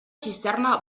cisterna